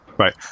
Right